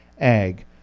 ag